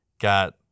got